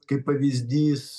kaip pavyzdys